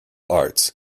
arts